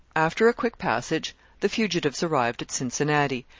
after a quick passage the fugitives arrived at cincinnati,